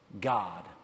God